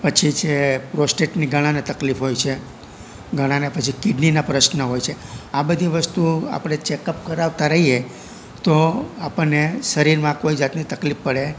પછી છે પ્રોસ્ટેટની ઘણાંને તકલીફ હોય છે ઘણાંને પછી કિડનીના પ્રશ્ન હોય છે આ બધી વસ્તુઓ આપણે ચેક અપ કરાવતા રહીયે તો આપણને શરીરમાં કોઈ જાતની તકલીફ પડે